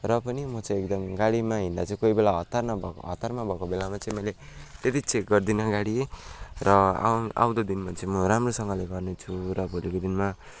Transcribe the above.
र पनि म चाहिँ एकदम गाडीमा हिँड्दा चाहिँ कोही बेला हतार नभएको हतारमा भएको बेलामा चाहिँ मैले त्यति चेक गर्दिनँ गाडी र आउँ आउँदो दिनमा चाहिँ म राम्रोसँगले गर्नेछु र भोलिको दिनमा